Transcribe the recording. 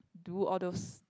do all those